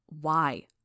Why